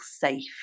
safe